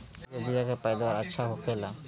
कवन धान के बीया के पैदावार अच्छा होखेला?